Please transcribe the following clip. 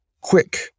quick